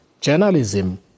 journalism